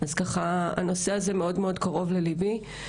אז ככה שהנושא הזה מאוד מאוד קרוב לליבי.